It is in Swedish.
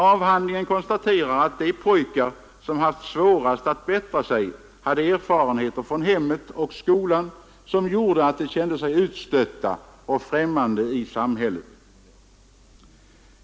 Avhandlingen konstaterar att de pojkar som haft svårast att bättra sig hade erfarenheter från hemmet och skolan som gjorde att de kände sig utstötta och främmande i samhället.